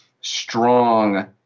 strong